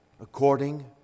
according